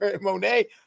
Monet